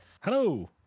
Hello